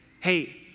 hey